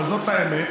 אבל זאת האמת,